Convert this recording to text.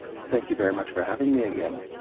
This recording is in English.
thank you very much for having me again.